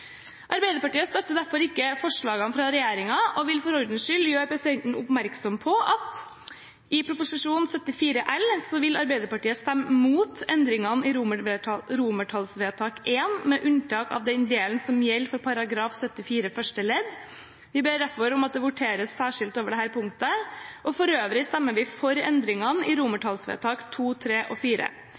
Arbeiderpartiet støtter derfor ikke forslaget fra regjeringen og vil for ordens skyld gjøre oppmerksom på at når det gjelder Prop. 74 L, vil Arbeiderpartiet stemme mot I med unntak av § 74 første ledd. Vi ber derfor om at det voteres særskilt over dette punktet. For øvrig stemmer vi for II, III og IV. Når det gjelder Prop. 99 L, vil Arbeiderpartiet stemme for I